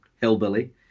Hillbilly